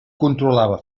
controlava